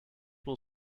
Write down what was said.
will